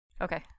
Okay